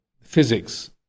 physics